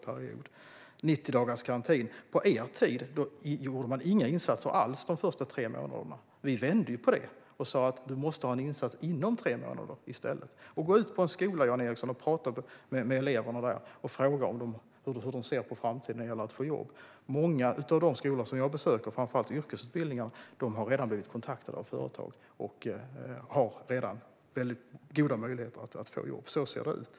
När det gäller 90-dagarsgarantin gjorde ni på er tid inga insatser alls de första tre månaderna. Vi vände på det och sa: Man måste ha en insats inom tre månader. Gå ut på en skola, Jan Ericson, och prata med eleverna där! Fråga hur de ser på framtiden när det gäller att få jobb! Många av de skolor som jag besöker, framför allt yrkesutbildningar, har redan blivit kontaktade av företag, och eleverna har goda möjligheter att få jobb. Så ser det ut.